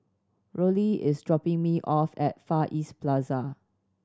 Rollie is dropping me off at Far East Plaza